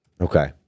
Okay